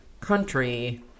country